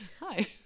hi